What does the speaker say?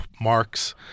marks